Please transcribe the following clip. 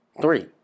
three